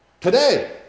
today